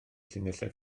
llinellau